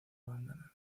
abandonan